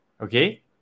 Okay